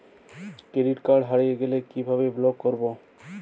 Credit card হারিয়ে গেলে কি ভাবে ব্লক করবো?